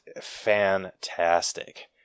fantastic